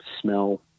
smell